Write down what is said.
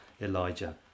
Elijah